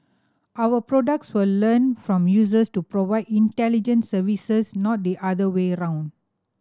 our products will learn from users to provide intelligent services not the other way around